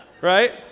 Right